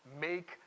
make